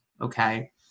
okay